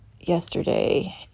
yesterday